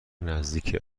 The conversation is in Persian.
نزدیک